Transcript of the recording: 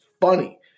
funny